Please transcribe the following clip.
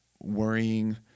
worrying